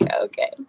Okay